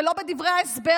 ולא בדברי ההסבר,